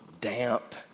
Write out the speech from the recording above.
damp